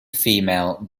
female